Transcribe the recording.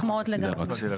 מחמאות לגפני.